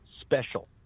special